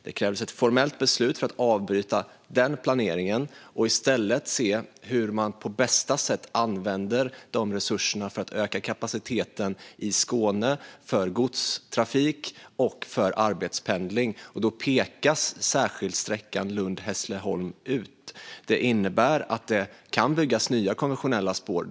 Det krävs ett formellt beslut för att avbryta den planeringen och i stället se hur man på bästa sätt använder de resurserna för att öka kapaciteten i Skåne för godstrafik och för arbetspendling. Då pekas särskilt sträckan Lund-Hässleholm ut. Det innebär att det kan komma att byggas nya konventionella spår.